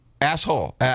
asshole